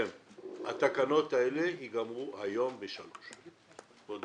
התקנות הללו יעברו היום בשעה 15:00 וזה